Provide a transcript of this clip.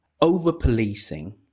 over-policing